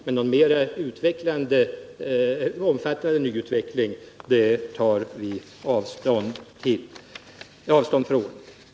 Men någon mer omfattande nyutveckling tar vi avstånd ifrån.